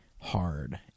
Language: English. hard